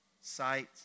sight